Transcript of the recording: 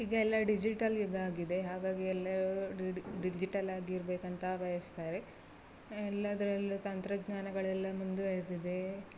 ಈಗ ಎಲ್ಲಾ ಡಿಜಿಟಲ್ ಯುಗ ಆಗಿದೆ ಹಾಗಾಗಿ ಎಲ್ಲಾ ಡಿಜಿಟಲ್ಲಾಗಿ ಇರ್ಬೇಕು ಅಂತ ಬಯಸ್ತಾರೆ ಎಲ್ಲದ್ರಲ್ಲೂ ತಂತ್ರಜ್ಞಾನಗಳೆಲ್ಲಾ ಮುಂದುವರೆದಿದೆ